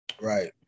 right